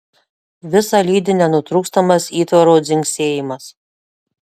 visa lydi nenutrūkstamas įtvaro dzingsėjimas